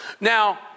Now